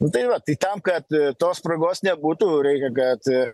nu tai va tai tam kad tos spragos nebūtų reikia kad